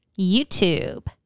YouTube